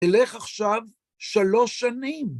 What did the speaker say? אלך עכשיו שלוש שנים.